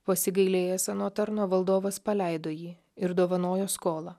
pasigailėjęs ano tarno valdovas paleido jį ir dovanojo skolą